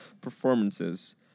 performances